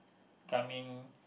coming